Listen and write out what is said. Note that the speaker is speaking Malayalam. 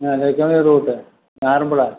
നാലായിരത്തി അറുനൂറ് രൂപയ്ക്കാണ് ആറന്മുള